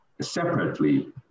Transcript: separately